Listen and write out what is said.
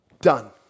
Done